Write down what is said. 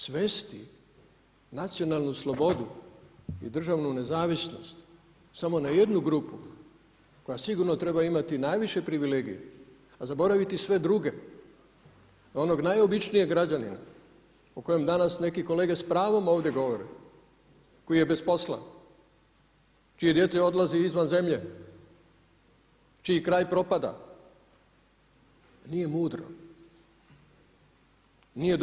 Svesti nacionalnu slobodu i državnu nezavisnost samo na jedu grupu koja sigurno treba imati najviše privilegije, a zaboraviti sve druge onog najobičnijeg građanina o kojem danas neki kolege s pravom ovdje govore, koji je bez posla, čije dijete odlazi izvan zemlje, čiji kraj propada nije mudro.